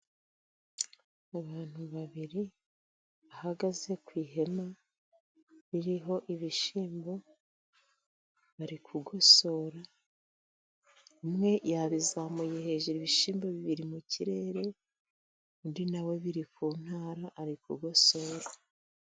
Abantu babiri bahagaze ku ihema ririho ibishyimbo, barikugosora umwe yabizamuye hejuru ibishyimbo bibiri mu kirere. Undi nawe biri ku ntara ari kugosora.